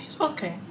okay